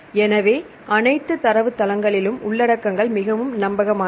எனவே அனைத்து தரவுத்தளங்களிலும் உள்ளடக்கங்கள் மிகவும் நம்பகமானவை